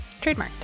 Trademarked